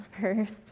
first